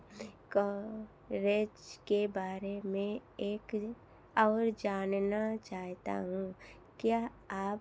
का रेज के बार में एक और जानना चाहता हूँ क्या आप